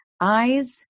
eyes